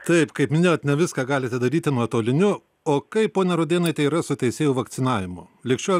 taip kaip minėjot ne viską galite daryti nuotoliniu o kaip ponia rudėnaite tai yra su teisėjų vakcinavimu lig šiol